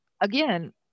again